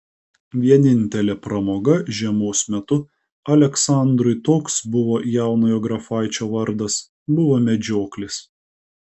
vienintelė pramoga žiemos metu aleksandrui toks buvo jaunojo grafaičio vardas buvo medžioklės